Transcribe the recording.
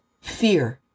Fear